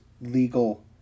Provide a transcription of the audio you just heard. legal